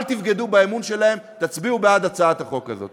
אל תבגדו באמון שלהם, תצביעו בעד הצעת החוק הזאת.